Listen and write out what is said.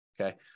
okay